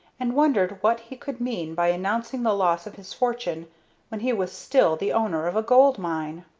and wondered what he could mean by announcing the loss of his fortune when he was still the owner of a gold-mine.